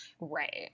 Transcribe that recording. Right